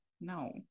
no